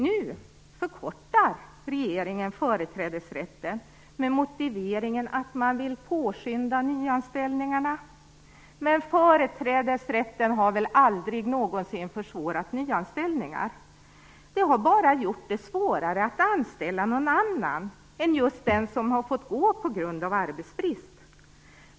Nu förkortar regeringen tiden för företrädesrätten med motiveringen att man vill påskynda nyanställningarna, men företrädesrätten har väl aldrig någonsin försvårat nyanställningar. Den har bara gjort det svårare att anställa någon annan än den som fått gå på grund av arbetsbrist.